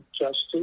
justice